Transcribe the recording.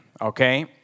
okay